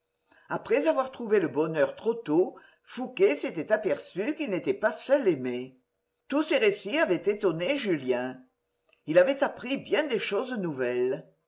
après avoir trouvé le bonheur trop tôt fouqué s'était aperçu qu'il n'était pas seul aimé tous ces récits avaient étonné julien il avait appris bien des choses nouvelles